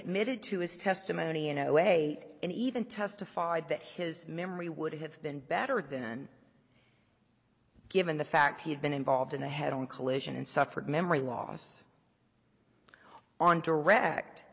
admitted to his testimony in a way and even testified that his memory would have been better then given the fact he had been involved in a head on collision and suffered memory loss on direct